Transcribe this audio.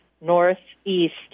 northeast